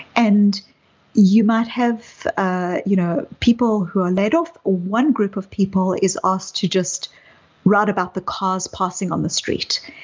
and you might have ah you know people who are laid off, one group of people is asked to just write about the cars passing on the street.